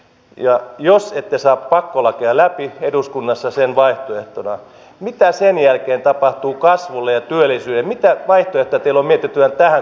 ja jos ette saa pakkolakia koska hallitus alkaa tehdä töitä sen jälkeen tapahtuu kasvulle välittyi mitä vain että tila mitä työtä he